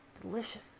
delicious